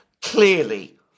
clearly